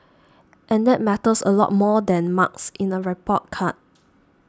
and that matters a lot more than marks in a report card